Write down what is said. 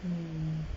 hmm